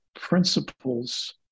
principles